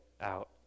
out